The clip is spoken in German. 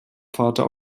vater